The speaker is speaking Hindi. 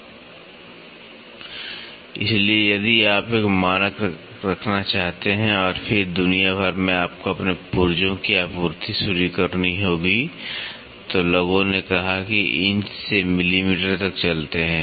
Sइसलिए यदि आप एक मानक रखना चाहते हैं और फिर दुनिया भर में आपको अपने पुर्जों की आपूर्ति शुरू करनी होगी तो लोगों ने कहा कि इंच （inch） से मिलीमीटर （millimetre） तक चलते हैं